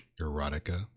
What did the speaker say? Erotica